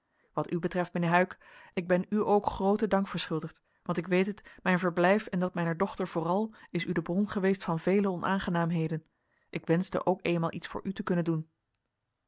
wat u betreft mijnheer huyck ik ben u ook grooten dank verschuldigd want ik weet het mijn verblijf en dat mijner dochter vooral is u de bron geweest van vele onaangenaamheden ik wenschte ook eenmaal iets voor u te kunnen doen